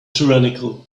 tyrannical